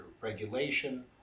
regulation